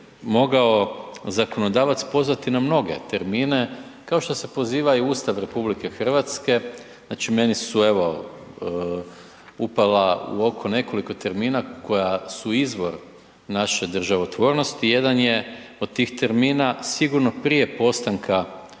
mogao zakonodavac pozvati na mnoge termine, kao što se poziva i Ustav RH, znači meni su evo upala u oko nekoliko termina koja su izvor naše državotvornosti, jedan je od tih termina sigurno prije postanka i